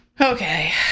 Okay